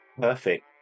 perfect